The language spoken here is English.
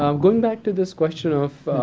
um going back to this question of